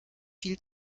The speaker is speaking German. viel